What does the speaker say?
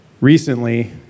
recently